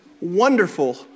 wonderful